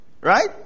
Right